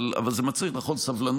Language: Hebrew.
אבל לשמוע את התשובה מצריך, נכון, סבלנות.